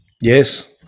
Yes